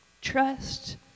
Trust